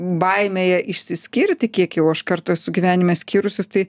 baimėje išsiskirti kiek jau aš kartą esu gyvenime skyrusis tai